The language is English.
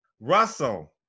Russell